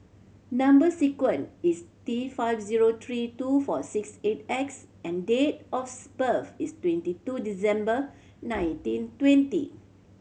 number sequence is T five zero three two four six eight X and date of birth is twenty two December nineteen twenty